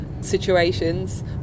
situations